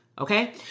Okay